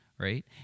right